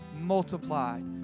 multiplied